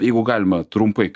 jeigu galima trumpai